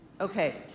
Okay